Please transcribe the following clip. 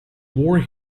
war